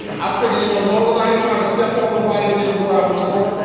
i figure you know long as i ain't trying to step on nobody to get to where i'm going,